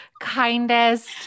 kindest